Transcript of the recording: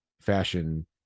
fashion